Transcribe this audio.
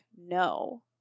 no